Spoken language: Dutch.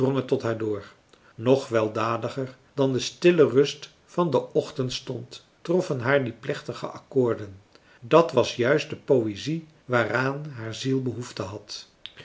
tot haar door nog weldadiger dan de stille rust van den ochtendstond troffen haar die plechtige accoorden dat was juist de poëzie waaraan haar ziel behoefte had